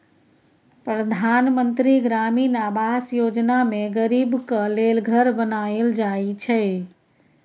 परधान मन्त्री ग्रामीण आबास योजना मे गरीबक लेल घर बनाएल जाइ छै